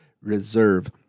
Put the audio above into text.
reserve